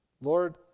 Lord